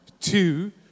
two